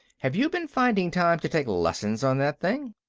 have you been finding time to take lessons on that thing?